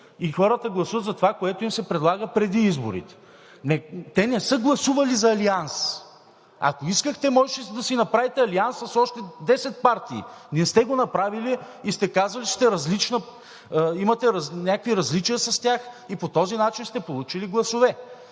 И хората гласуват за това, което им се предлага преди изборите. Те не са гласували за алианс. Ако искахте, можехте да си направите алианс с още 10 партии. Не сте го направили и сте казали, че имате някакви различия с тях и по този начин сте получили гласове.